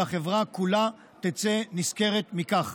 והחברה כולה תצא נשכרת מכך.